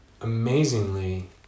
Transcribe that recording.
amazingly